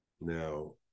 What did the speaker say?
Now